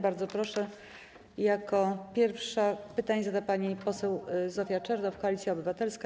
Bardzo proszę, jako pierwsza pytanie zada pani poseł Zofia Czernow, Koalicja Obywatelska.